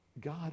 God